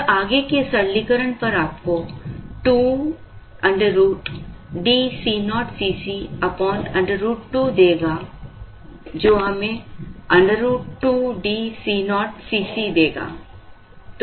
यह आगे के सरलीकरण पर आपको 2 √DCoCc √2 देगा जो हमें √2DCo Cc देगा